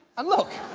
and look.